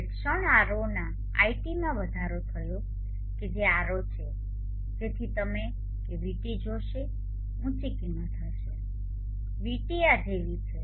હવે ક્ષણ R0 ના iT માં વધારો થયો કે જે R0 છેજેથી તમે કે vT જોશે ઊંચી કિંમત હશે vT આ જેવી છે